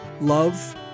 love